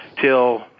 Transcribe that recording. till